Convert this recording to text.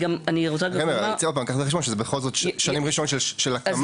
צריך לקחת בחשבון שאלה בכלל שנים ראשונות של הקמה,